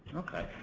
okay,